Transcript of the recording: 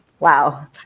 Wow